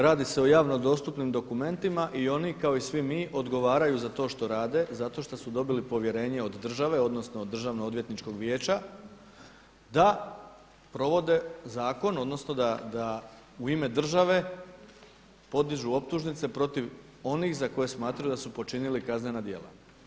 Radi se o javno dostupnim dokumentima i oni kao i svi mi odgovaraju za to što rade zato što su dobili povjerenje od države, odnosno od državno odvjetničkog vijeća da provode zakon odnosno da u ime države podižu optužnice protiv onih za koje smatraju da su počinili kaznena djela.